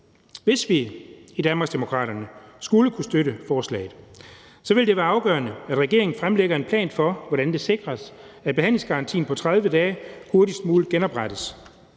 Hvis vi i Danmarksdemokraterne skulle kunne støtte forslaget, vil det være afgørende, at regeringen fremlægger en plan for, hvordan det sikres, at behandlingsgarantien på 30 dage hurtigst muligt genoprettes.